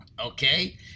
Okay